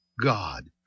God